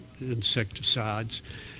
insecticides